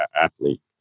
athlete